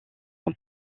son